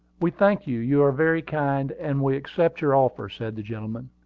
we thank you you are very kind, and we accept your offer, said the gentleman.